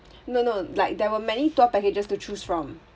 no no like there were many tour packages to choose from